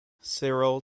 cyril